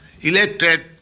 elected